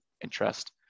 interest